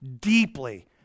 deeply